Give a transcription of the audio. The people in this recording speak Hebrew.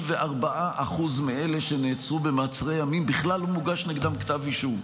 54% מאלה שנעצרו במעצרי ימים בכלל לא מוגש נגדם כתב אישום.